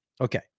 Okay